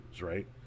right